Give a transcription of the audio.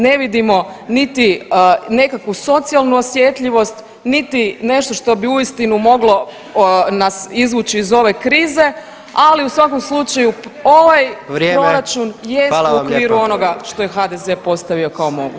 Ne vidimo niti nekakvu socijalnu osjetljivost, niti nešto što bi uistinu moglo nas izvući iz ove krize, ali u svakom slučaju ovaj [[Upadica: Vrijeme, hvala vam lijepo.]] proračun jest u okviru onoga što je HDZ postavi kao moguće.